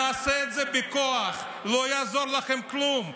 נעשה את זה בכוח, לא יעזור לכם כלום.